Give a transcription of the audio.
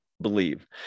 believe